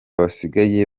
basigaye